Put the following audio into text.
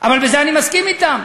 אבל בזה אני מסכים אתם.